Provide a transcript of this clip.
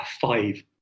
five